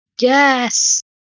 Yes